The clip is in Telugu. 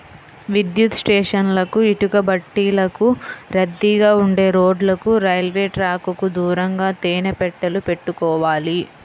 విద్యుత్ స్టేషన్లకు, ఇటుకబట్టీలకు, రద్దీగా ఉండే రోడ్లకు, రైల్వే ట్రాకుకు దూరంగా తేనె పెట్టెలు పెట్టుకోవాలి